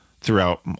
Throughout